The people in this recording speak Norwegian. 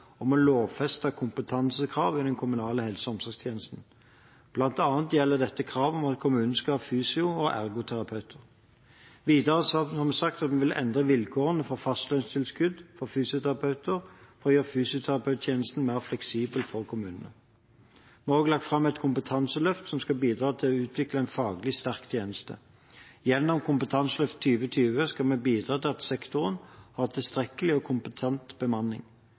om å lovfeste kompetansekrav i den kommunale helse- og omsorgstjenesten. Blant annet gjelder dette krav om at kommunene skal ha fysio- og ergoterapeut. Videre har vi sagt at vi vil endre vilkårene for fastlønnstilskudd for fysioterapeuter for å gjøre fysioterapitjenesten mer fleksibel for kommunene. Vi har også lagt fram et kompetanseløft som skal bidra til å utvikle en faglig sterk tjeneste. Gjennom Kompetanseløft 2020 skal vi bidra til at sektoren har tilstrekkelig og kompetent bemanning.